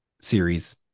series